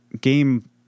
game